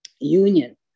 union